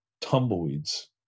tumbleweeds